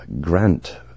grant